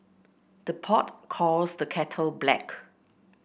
the pot calls the kettle black